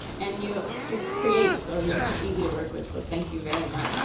and you just create. so you're so easy to work with. so thank you very